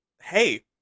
hey